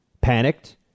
panicked